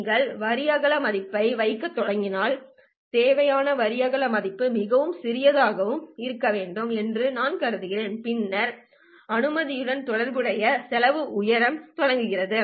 நீங்கள் வரி அகல மதிப்பை வைக்கத் தொடங்கினால் தேவையான வரி அகல மதிப்பு மிகச் சிறியதாகவும் சிறியதாகவும் இருக்க வேண்டும் என்று நான் கருதுகிறேன் பின்னர் அனுமதியுடன் தொடர்புடைய செலவும் உயரத் தொடங்குகிறது